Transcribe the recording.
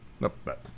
Nope